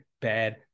bad